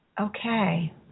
Okay